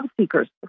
seekers